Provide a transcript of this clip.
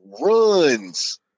runs